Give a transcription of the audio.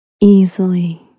easily